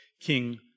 King